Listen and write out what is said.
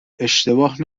اشتباه